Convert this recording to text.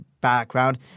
background